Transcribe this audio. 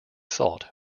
salt